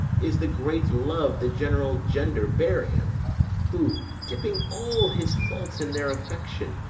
is the great love the general gender bear him who, dipping all his faults in their affection,